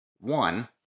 One